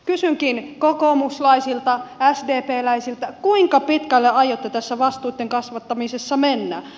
kysynkin kokoomuslaisilta ja sdpläisiltä kuinka pitkälle aiotte tässä vastuitten kasvattamisessa mennä